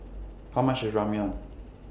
How much IS Ramyeon